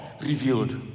revealed